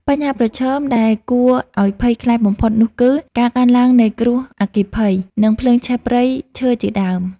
បញ្ហាប្រឈមដែលគួរឱ្យភ័យខ្លាចបំផុតនោះគឺការកើនឡើងនៃគ្រោះអគ្គីភ័យ និងភ្លើងឆេះព្រៃឈើជាដើម។